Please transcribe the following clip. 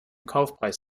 kaufpreis